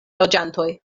loĝantoj